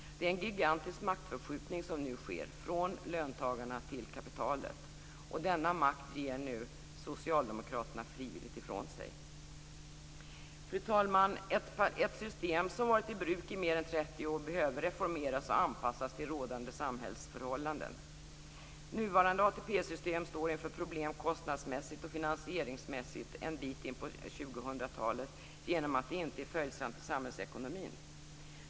Det är en gigantisk maktförskjutning som nu sker från löntagarna till kapitalet. Och denna makt ger nu Socialdemokraterna frivilligt ifrån sig. Fru talman! Ett system som varit i bruk i mer än 30 år behöver reformeras och anpassas till rådande samhällsförhållanden. En bit in på 2000-talet kommer det nuvarande ATP-systemet att stå inför kostnadsmässiga och finansieringsmässiga problem genom att det inte är följsamt till samhällsekonomin.